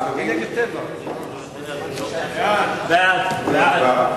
סעיפים 1 2 נתקבלו.